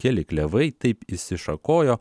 keli klevai taip išsišakojo